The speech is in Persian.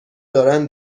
دارن